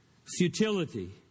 Futility